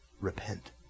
Repent